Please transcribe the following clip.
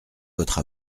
votre